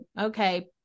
okay